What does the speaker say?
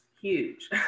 huge